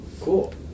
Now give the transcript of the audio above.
Cool